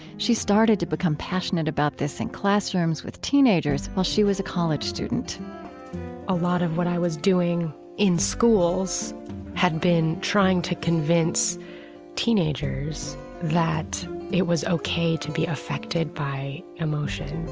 she started to become passionate about this in classrooms with teenagers while she was a college student a lot of what i was doing in schools had been trying to convince teenagers that it was ok to be affected by emotion.